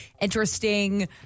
interesting